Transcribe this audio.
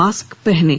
mask पहनें